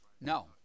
No